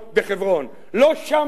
לא שמעתי איש,